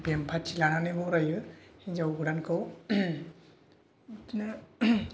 band party लानानै बरायो हिनजाव गोदानखौ बिदिनो